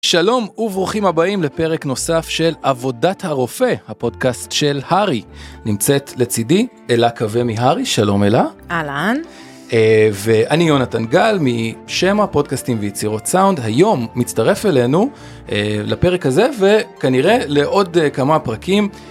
שלום וברוכים הבאים לפרק נוסף של עבודת הרופא, הפודקאסט של הארי. נמצאת לצידי, אלה קווה מהארי, שלום אלה. אהלן. ואני יונתן גל משמע פודקאסטים ויצירות סאונד, היום מצטרף אלינו לפרק הזה וכנראה לעוד כמה פרקים.